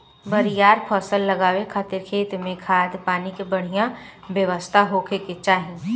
बरियार फसल लगावे खातिर खेत में खाद, पानी के बढ़िया व्यवस्था होखे के चाही